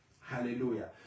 Hallelujah